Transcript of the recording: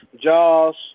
Jaws